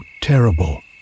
terrible